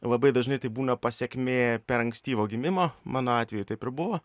labai dažnai tai būna pasekmė per ankstyvo gimimo mano atveju taip ir buvo